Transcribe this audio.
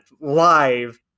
live